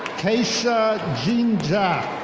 keysha jean-jacks.